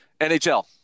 NHL